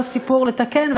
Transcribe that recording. לא סיפור לתקן,